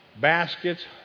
baskets